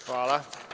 Hvala.